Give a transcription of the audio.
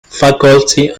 faculty